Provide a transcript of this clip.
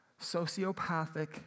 sociopathic